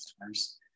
customers